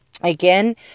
Again